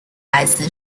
来自